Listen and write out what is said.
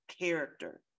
character